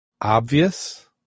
obvious